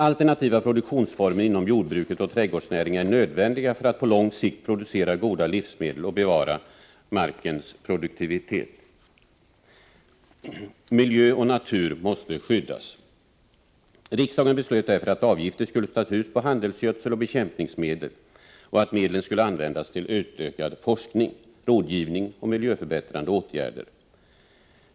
Alternativa produktionsformer inom jordbruket och trädgårdsnäringen är nödvändiga för att på lång sikt producera goda livsmedel och bevara markens produktivitet. Miljö och natur måste skyddas. Riksdagen beslöt därför att avgifter skulle tas ut på handelsgödsel och bekämpningsmedel och att medlen skulle användas till utökad forskning, rådgivning och miljöförbättrande åtgärder.